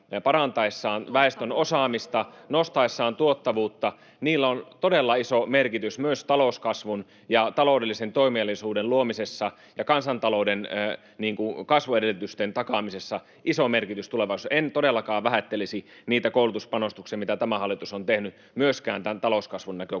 parantaessaan väestön osaamista, nostaessaan tuottavuutta. Niillä on todella iso merkitys myös talouskasvun ja taloudellisen toimeliaisuuden luomisessa ja kansantalouden kasvuedellytysten takaamisessa, iso merkitys tulevaisuudessa. En todellakaan vähättelisi niitä koulutuspanostuksia, mitä tämä hallitus on tehnyt, myöskään tämän talouskasvun näkökulmasta.